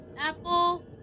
apple